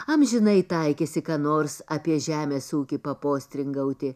amžinai taikėsi ką nors apie žemės ūkį papostringauti